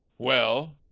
well!